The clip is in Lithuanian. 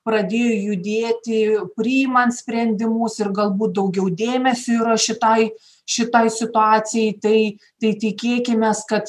pradėjo judėti priimant sprendimus ir galbūt daugiau dėmesio yra šitai šitai situacijai tai tai tikėkimės kad